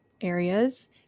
areas